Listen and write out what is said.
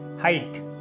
height